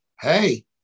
Hey